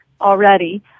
already